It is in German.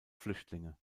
flüchtlinge